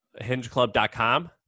Hingeclub.com